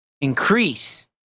increase